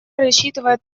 рассчитывает